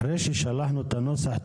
אחרי ששלחנו את הנוסח,